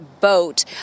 boat